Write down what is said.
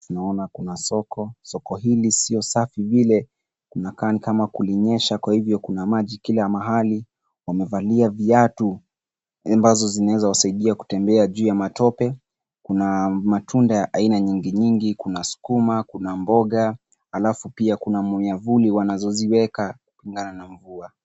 Tunaona kuna soko. Soko hili sio safi vile, kuna kani kama kulinyesha kwa hivyo kuna maji kila mahali. Wamevalia viatu ambavyo vinaweza kuwasaidia kutembea juu ya matope, kuna matunda ya aina nyingine. Kuna sukuma, kuna mboga alafu pia kuna miavuli wanavyoviweka kukingana na mvua.